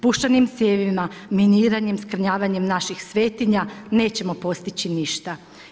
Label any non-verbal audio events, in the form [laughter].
Puščanim cijevima, miniranjem, … [unintelligible] naših svetinja nećemo postići ništa.